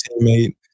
teammate